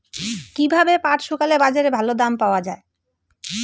কীভাবে পাট শুকোলে বাজারে ভালো দাম পাওয়া য়ায়?